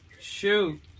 Shoot